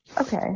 Okay